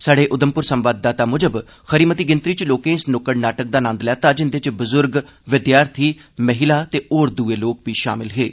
स्हाडे उघमपुर संवाददाता मुजब खरी मती गिनतरी च लोकें इस नुक्कड़ नाटक दा नंद लैता जिंदे च बुजुर्ग विद्यार्थी महिला ते होर दुए लोक बी शामल हे